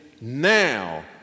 now